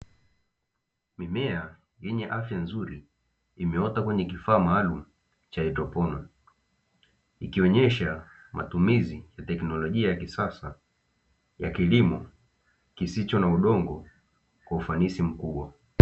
Mimea yenye afya nzuri imeota kwenye kifaa maalumu cha haidroponi, ikionyesha matumizi ya teknolojia ya kisasa ya kilimo kisicho na udongo kwa ufanisi mkubwa.